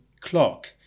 clock